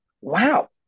wow